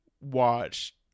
watch